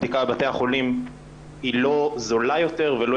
הבדיקה בבתי החולים היא לא זולה יותר ולא